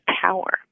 power